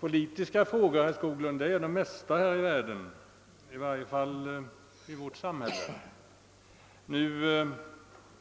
Politiska frågor är de flesta frågorna i vårt samhälle, herr Skoglund! Det